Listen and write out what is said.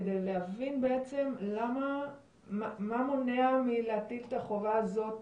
כדי להבין בעצם מה מונע מלהטיל את החובה הזאת,